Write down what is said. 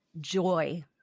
joy